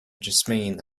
jasmine